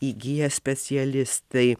įgiję specialistai